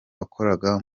wakoraga